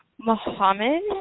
Mohammed